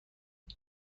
کفش